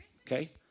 Okay